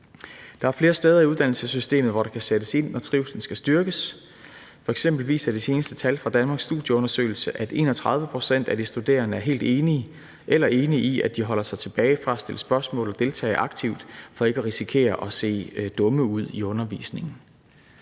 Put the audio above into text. Der er flere steder i uddannelsessystemet, hvor der kan sættes ind, når trivslen skal styrkes. F.eks. viser de seneste tal fra Danmarks Studieundersøgelse, at 31 pct. af de studerende er helt enige eller enige, i forhold til at de holder sig tilbage fra at stille spørgsmål og deltage aktivt for ikke at risikere at se dumme ud i undervisningen.